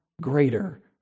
greater